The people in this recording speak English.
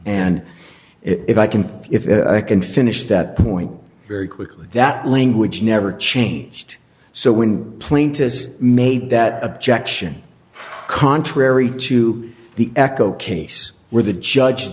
and if i can if i can finish that point very quickly that language never changed so when plaintiff is made that jackson contrary to the echo case where the judge